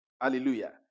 Hallelujah